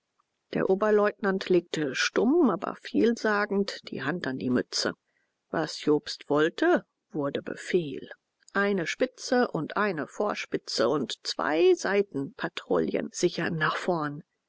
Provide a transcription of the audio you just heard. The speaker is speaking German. der oberleutnant legte stumm aber vielsagend die hand an die mütze was jobst wollte wurde befehl eine spitze und eine vorspitze und zwei seitenpatrouillen sicherten nach vorn